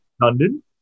London